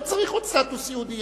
לא צריך עוד סטטוס יהודי,